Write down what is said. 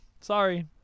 Sorry